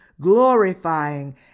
glorifying